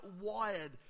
wired